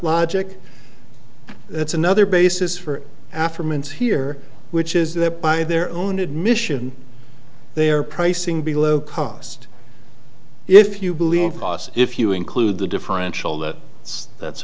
logic that's another basis for after months here which is that by their own admission they are pricing below cost if you believe cost if you include the differential that it's that's